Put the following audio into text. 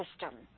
system